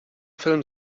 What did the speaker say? film